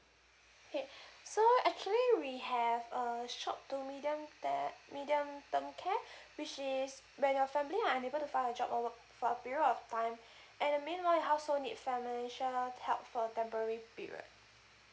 okay so actually we have err short to medium ter~ medium term care which is when your family are unable to find a job or work for a period of time and in the meanwhile the household need to make sure help for temporary period